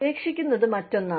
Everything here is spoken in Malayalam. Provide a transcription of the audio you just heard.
ഉപേക്ഷിക്കുന്നത് മറ്റൊന്നാണ്